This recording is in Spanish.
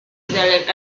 del